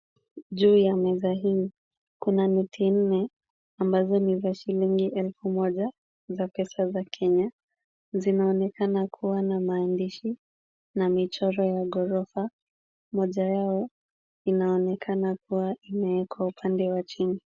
Juu ya meza hii kuna noti nne ambazo ni za shilingi elfu moja za pesa za Kenya. Zinaonekana kuwa na maandishi na michoro ya ghorofa. Moja yao inaonekana kuwa imewekwa upande wa chini.